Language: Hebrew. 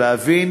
להבין